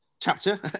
chapter